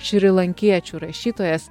šrilankiečių rašytojas